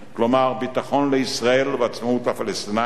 כלומר ביטחון לישראל ועצמאות הפלסטינים,